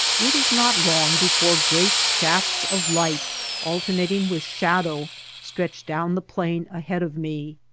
it is not long before great shafts of light alternating with shadow stretch down the plain ahead of me.